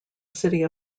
city